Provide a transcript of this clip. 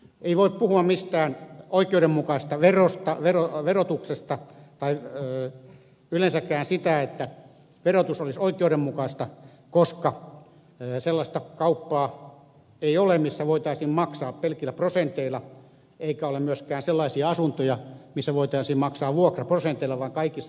ei voi puhua mistään oikeudenmukaisesta verotuksesta tai yleensäkään siitä että verotus olisi oikeudenmukaista koska sellaista kauppaa ei ole missä voitaisiin maksaa pelkillä prosenteilla eikä ole myöskään sellaisia asuntoja missä voitaisiin maksaa vuokra prosenteilla vaan kaikissa täytyy käyttää euroja